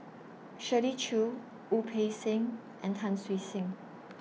Shirley Chew Wu Peng Seng and Tan Siew Sin